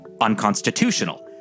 unconstitutional